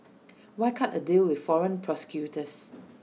why cut A deal with foreign prosecutors